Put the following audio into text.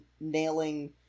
nailing